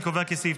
50 נמנעים,